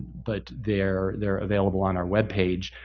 but they're they're available on our web page.